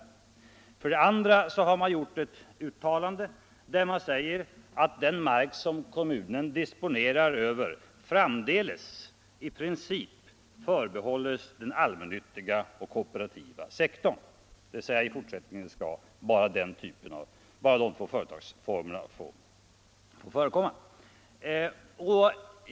För det andra har man uttalat att den mark som kommunen disponerar över ”framdeles i princip förbehålls den allmännyttiga och kooperativa sektorn”. Dvs. i fortsättningen skall bara de två förvaltningsformerna få förekomma.